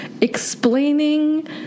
explaining